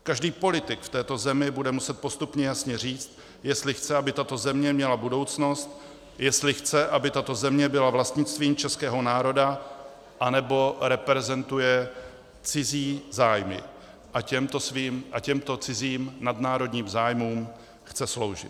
Každý politik v této zemi bude muset postupně jasně říct, jestli chce, aby tato země měla budoucnost, jestli chce, aby tato země byla vlastnictvím českého národa, anebo reprezentuje cizí zájmy a těmto cizím nadnárodním zájmům chce sloužit.